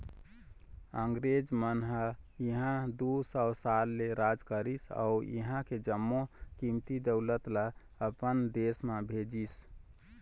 अंगरेज मन ह इहां दू सौ साल ले राज करिस अउ इहां के जम्मो कीमती दउलत ल अपन देश म भेजिस